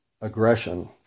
aggression